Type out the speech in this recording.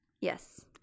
Yes